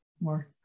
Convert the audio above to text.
more